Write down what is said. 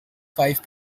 five